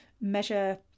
measure